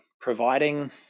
providing